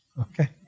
Okay